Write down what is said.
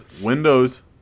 Windows